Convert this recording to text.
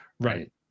Right